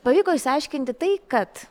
pavyko išsiaiškinti tai kad